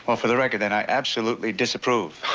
for the record and i absolutely disapprove.